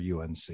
UNC